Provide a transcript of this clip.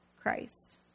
Christ